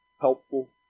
helpful